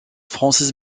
francis